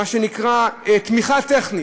מה שנקרא תמיכה טכנית,